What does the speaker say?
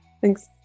Thanks